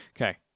okay